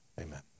Amen